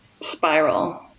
spiral